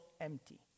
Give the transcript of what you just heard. empty